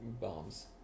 bombs